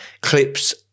clips